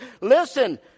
Listen